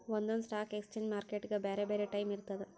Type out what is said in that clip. ಒಂದೊಂದ್ stock exchange ಮಾರ್ಕೆಟ್ಗ್ ಬ್ಯಾರೆ ಬ್ಯಾರೆ ಟೈಮ್ ಇರ್ತದ್